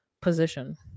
position